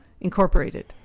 incorporated